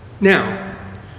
Now